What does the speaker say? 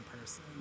person